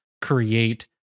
create